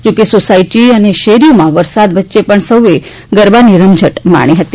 જોકે સોસાયટીઓમાં કે શેરીઓમાં વરસાદ વચ્ચે પણ સૌએ ગરબાની રમઝટ માણી હતી